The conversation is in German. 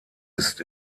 ist